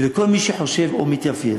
ולכל מי שחושב או מתייפייף,